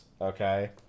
okay